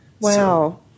Wow